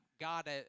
God